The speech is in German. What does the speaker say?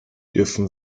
dürfen